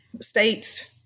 states